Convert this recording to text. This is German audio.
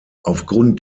aufgrund